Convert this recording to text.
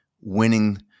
winning